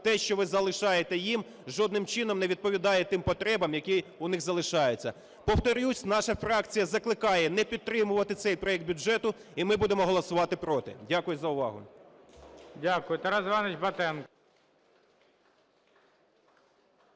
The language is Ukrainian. те, що ви залишаєте їм, жодним чином не відповідає тим потребам, які у них залишаються. Повторюсь, наша фракція закликає не підтримувати цей проект бюджету, і ми будемо голосувати проти. Дякую за увагу. ГОЛОВУЮЧИЙ. Дякую. Тарас Іванович Батенко.